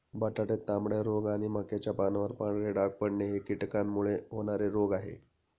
बटाट्यात बांगड्या रोग आणि मक्याच्या पानावर पांढरे डाग पडणे हे कीटकांमुळे होणारे रोग आहे